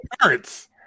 parents